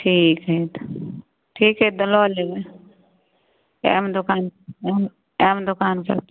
ठीक हइ तऽ ठीक हइ तऽ लऽ लेबै आएब दोकान आएब दोकानपर